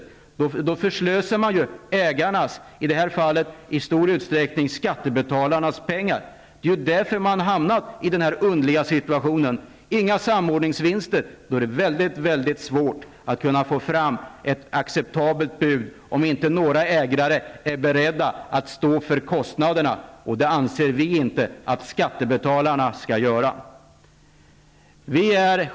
I så fall förslösar man ägarnas -- i det här fallet i stor utsträckning skattebetalarnas -- pengar. Det är därför man har hamnat i den här underliga situationen. Inga samordningsvinster -- då är det väldigt svårt att få fram ett acceptabelt bud, om inte några ägare är beredda att stå för kostnaderna, och det anser vi inte att skattebetalarna skall göra.